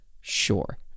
sure